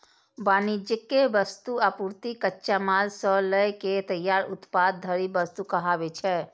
वाणिज्यिक वस्तु, आपूर्ति, कच्चा माल सं लए के तैयार उत्पाद धरि वस्तु कहाबै छै